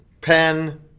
Pen